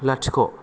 लाथिख'